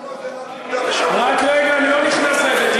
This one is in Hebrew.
למה זה רק יהודה ושומרון?